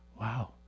Wow